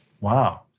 Wow